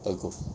a good